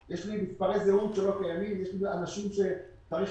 יש אנשים שתאריך